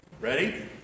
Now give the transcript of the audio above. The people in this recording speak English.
Ready